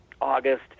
August